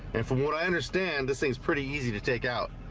and from what i understand. this thing's pretty easy to take out